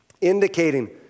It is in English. indicating